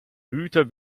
güter